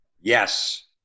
Yes